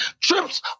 trips